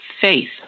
faith